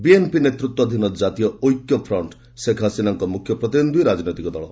BMP ନେତୃତ୍ୱାଧୀନ ଜାତୀୟ ଓଇକ୍ୟ ଫ୍ରଣ୍ଟ୍ ଶେଖ୍ ହସିନାଙ୍କ ମୁଖ୍ୟ ପ୍ରତିଦ୍ୱନ୍ଦୀ ରାଜନୈତିକ ଦଳ